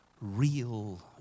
real